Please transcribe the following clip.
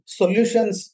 solutions